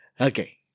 Okay